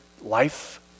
life